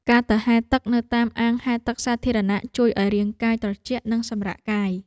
ការទៅហែលទឹកនៅតាមអាងហែលទឹកសាធារណៈ ជួយឱ្យរាងកាយត្រជាក់ និងសម្រាកកាយ។